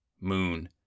moon